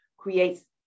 creates